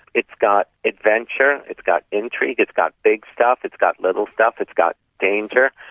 it's got adventure, it's got intrigue, it's got big stuff, it's got little stuff, it's got danger,